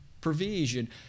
provision